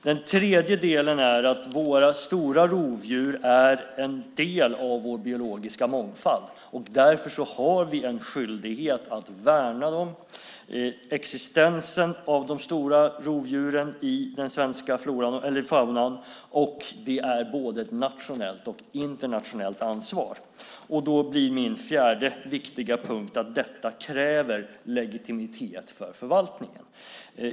Det tredje gäller att våra stora rovdjur är en del av vår biologiska mångfald. Därför har vi en skyldighet att värna existensen av de stora rovdjuren i den svenska faunan. Det är både ett nationellt och ett internationellt ansvar. Då blir min fjärde viktiga punkt att detta kräver legitimitet för förvaltningen.